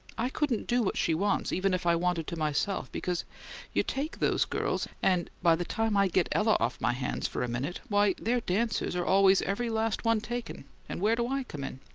i couldn't do what she wants, even if i wanted to myself, because you take those girls, and by the time i get ella off my hands for a minute, why, their dances are always every last one taken, and where do i come in?